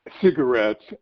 cigarettes